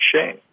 shame